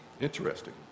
Interesting